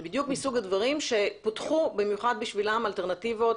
זה בדיוק סוג הדברים שפותחו במיוחד בשבילם אלטרנטיבות